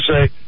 say